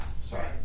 Sorry